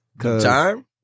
time